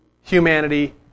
humanity